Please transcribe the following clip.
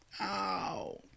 ow